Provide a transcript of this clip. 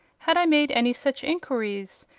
had i made any such inquiries,